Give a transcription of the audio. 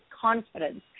confidence